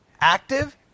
active